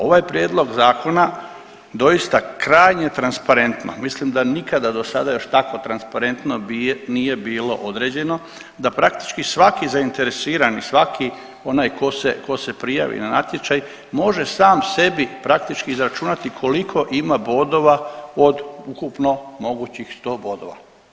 Ovaj prijedlog zakona doista krajnje je transparentno, mislim da nikada do sada još tako transparentno nije bilo određeno da praktički svaki zainteresirani, svaki onaj ko se, ko se prijavi na natječaj može sam sebi praktički izračunati koliko ima bodova od ukupno mogućih 100 bodova.